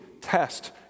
test